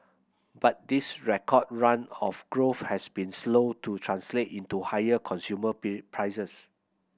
but this record run of growth has been slow to translate into higher consumer prices